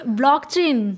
blockchain